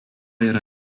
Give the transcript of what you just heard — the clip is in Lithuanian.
yra